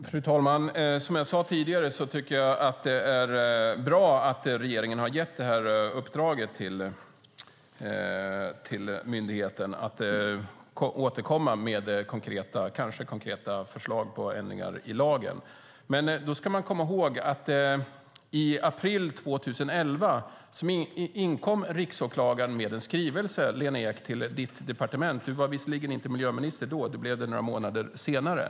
Fru talman! Som jag sade tidigare tycker jag att det är bra att regeringen har gett detta uppdrag till myndigheten att återkomma med konkreta förslag på ändringar i lagen. Men man ska komma ihåg att i april 2011 inkom riksåklagaren med en skrivelse till ditt departement, Lena Ek. Du var visserligen inte miljöminister då. Du blev det några månader senare.